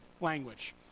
language